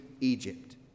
Egypt